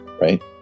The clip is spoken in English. right